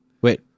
Wait